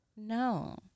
No